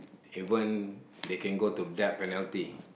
even they can go to death penalty